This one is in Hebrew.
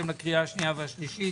בקריאה השנייה והשלישית